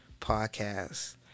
podcast